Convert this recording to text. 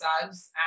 subs